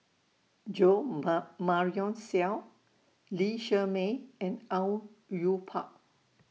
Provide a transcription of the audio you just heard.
Jo Ma Marion Seow Lee Shermay and Au Yue Pak